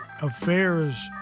affairs